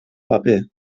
paper